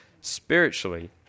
spiritually